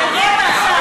בחירות עכשיו.